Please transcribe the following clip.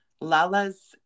Lala's